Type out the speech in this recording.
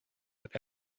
but